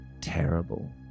terrible